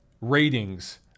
ratings